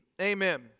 Amen